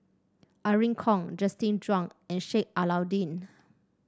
Irene Khong Justin Zhuang and Sheik Alau'ddin